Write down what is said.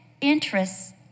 interests